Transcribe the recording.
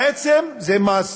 בעצם זה מס